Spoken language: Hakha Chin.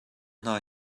hna